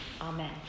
Amen